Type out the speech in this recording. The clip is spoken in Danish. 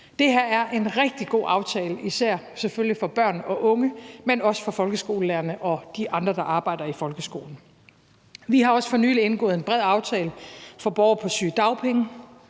Det her er en rigtig god aftale, selvfølgelig især for børn eller unge, men også for folkeskolelærerne og de andre, der arbejder i folkeskolen. Vi har også for nylig indgået en bred aftale for borgere på sygedagpenge